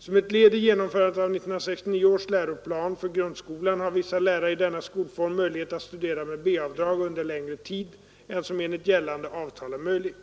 Som ett led i genomförandet av 1969 års läroplan för grundskolan har vissa lärare i denna skolform möjlighet att studera med B-avdrag under längre tid än som enligt gällande avtal är möjligt.